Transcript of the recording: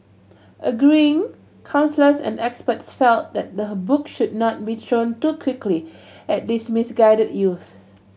agreeing counsellors and experts felt that the book should not be thrown too quickly at these misguided youths